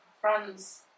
friends